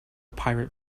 pirate